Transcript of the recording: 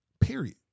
Period